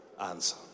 Answer